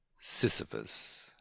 Sisyphus